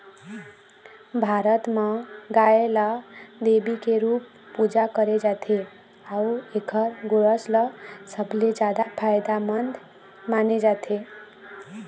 भारत म गाय ल देवी के रूप पूजा करे जाथे अउ एखर गोरस ल सबले जादा फायदामंद माने जाथे